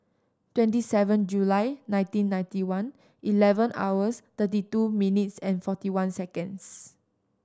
twenty seven July nineteen ninety one eleven hours thirty two minutes and forty one seconds